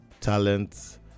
talent